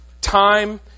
Time